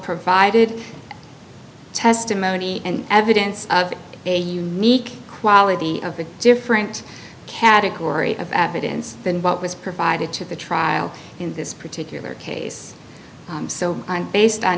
provided testimony and evidence a unique quality of a different category of evidence than what was provided to the trial in this particular case so based on